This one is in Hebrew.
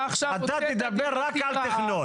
אתה תדבר רק על תכנון.